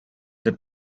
they